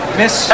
miss